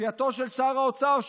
סיעתו של שר האוצר,